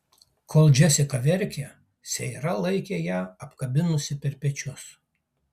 kol džesika verkė seira laikė ją apkabinusi per pečius